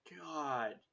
God